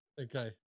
okay